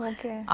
Okay